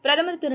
பிரதமர் திரு